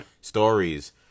stories